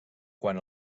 quan